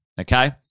okay